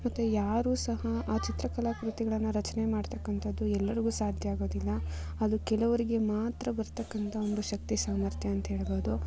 ಮತ್ತು ಯಾರು ಸಹ ಆ ಚಿತ್ರಕಲಾ ಕೃತಿಗಳನ್ನು ರಚನೆ ಮಾಡ್ತಕ್ಕಂಥದ್ದು ಎಲ್ಲರಿಗು ಸಾಧ್ಯ ಆಗೋದಿಲ್ಲ ಅದು ಕೆಲವರಿಗೆ ಮಾತ್ರ ಬರ್ತಕ್ಕಂಥ ಒಂದು ಶಕ್ತಿ ಸಾಮರ್ಥ್ಯ ಅಂತ ಹೇಳ್ಬೋದು